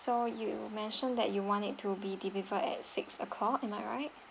so you mentioned that you want it to be delivered at six o'clock am I right